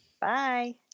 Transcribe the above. Bye